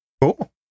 Cool